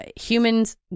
humans